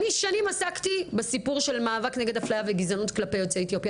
אני שנים עסקתי בסיפור של מאבק נגד אפליה וגזענות כלפי יוצאי אתיופיה,